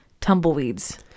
tumbleweeds